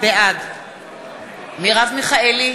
בעד מרב מיכאלי,